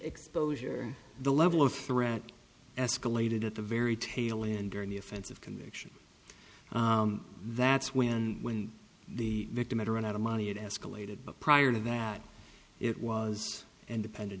exposure the level of threat escalated at the very tail end during the offensive conviction that's when when the victim had a run out of money it escalated but prior to that it was independent